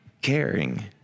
caring